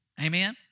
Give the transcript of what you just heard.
Amen